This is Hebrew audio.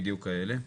בדיוק כאלה,